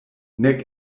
nek